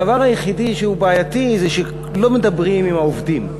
הדבר היחיד שהוא בעייתי הוא שלא מדברים עם העובדים.